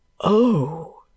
Oh